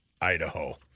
Idaho